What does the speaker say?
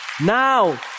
Now